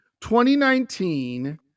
2019